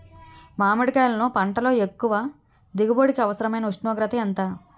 మామిడికాయలును పంటలో ఎక్కువ దిగుబడికి అవసరమైన ఉష్ణోగ్రత ఎంత?